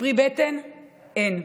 ופרי בטן אין.